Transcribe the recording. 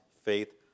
faith